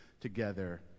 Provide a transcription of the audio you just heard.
together